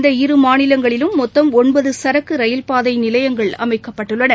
இந்த இரு மாநிலங்களிலும் மொத்தம் ஒன்பது சரக்கு ரயில்பாதை நிலையங்கள் அமைக்கப்பட்டுள்ளன